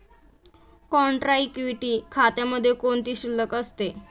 Contra equity खात्यामध्ये कोणती शिल्लक असते?